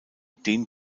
den